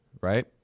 right